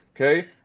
okay